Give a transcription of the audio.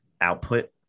output